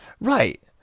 Right